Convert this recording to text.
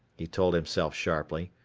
he told himself sharply,